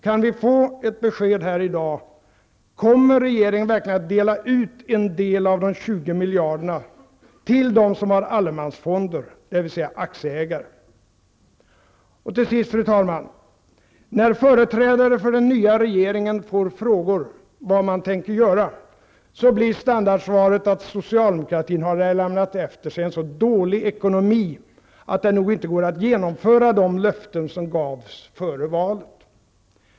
Kan vi få ett besked här i dag: Kommer regeringen verkligen att dela ut en del av de 20 miljarderna till dem som har allemansfonder, dvs. till aktieägare? Till sist, fru talman! När företrädare för den nya regeringen får frågor om vad man tänker göra blir standardsvaret att socialdemokratin har lämnat efter sig en så dålig ekonomi att det nog inte går att genomföra de löften som gavs före valet.